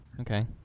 okay